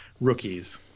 rookies